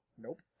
Nope